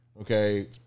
okay